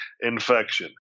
infection